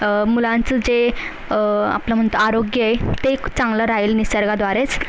मुलांचं जे आपलं म्हणतं आरोग्य आहे ते चांगलं राहील निसर्गाद्वारेच